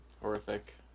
Horrific